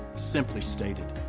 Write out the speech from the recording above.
simply stated.